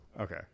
Okay